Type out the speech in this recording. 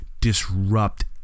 disrupt